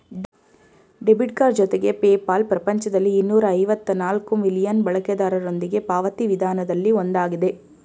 debit card ಜೊತೆಗೆ PayPal ಪ್ರಪಂಚದಲ್ಲಿ ಇನ್ನೂರ ಐವತ್ತ ನಾಲ್ಕ್ ಮಿಲಿಯನ್ ಬಳಕೆದಾರರೊಂದಿಗೆ ಪಾವತಿ ವಿಧಾನದಲ್ಲಿ ಒಂದಾಗಿದೆ